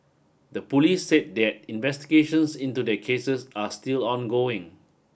the police said that investigations into their cases are still ongoing